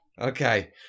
Okay